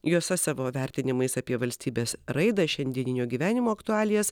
juose savo vertinimais apie valstybės raidą šiandieninio gyvenimo aktualijas